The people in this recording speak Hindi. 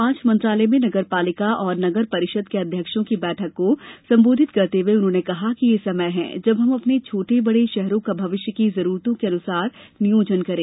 आज मंत्रालय में नगर पालिका और नगर परिषद के अध्यक्षों की बैठक को संबोधित करते हुए उन्होंने कहा कि यह समय है जब हम अपने छोटे बड़े शहरों का भविष्य की जरूरतों के मुताबिक नियोजन करें